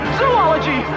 zoology